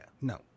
no